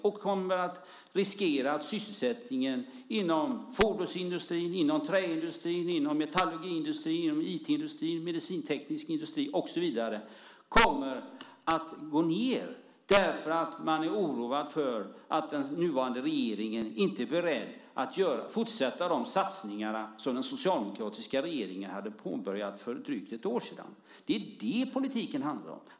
Det medför en risk för att sysselsättningen inom fordonsindustrin, träindustrin, metallindustrin, inom IT-industrin, inom medicinteknisk industri och så vidare kommer att gå ned därför att man är oroad för att den nuvarande regeringen inte är beredd att fortsätta de satsningar som den socialdemokratiska regeringen hade påbörjat för drygt ett år sedan. Det är det politiken handlar om.